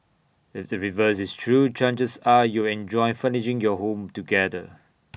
if the reverse is true chances are you'll enjoy furnishing your home together